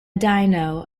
dino